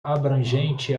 abrangente